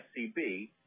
SCB